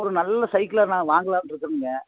ஒரு நல்ல சைக்கிளாக நான் வாங்கலான்ருக்கிறேங்க